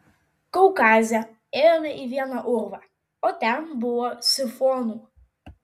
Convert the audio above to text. kaukaze ėjome į vieną urvą o ten buvo sifonų